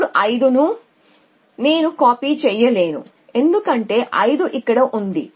అప్పుడు 5 నేను కాపీ చేయలేను ఎందుకంటే 5 ఇక్కడ ఉంది